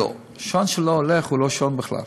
לא, שעון שלא הולך הוא לא שעון בכלל,